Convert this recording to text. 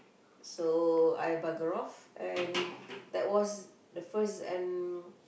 so I bugger off and that was the first and